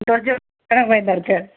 ଦଶଜଣଙ୍କ ପାଇଁ ଦରକାର